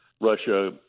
Russia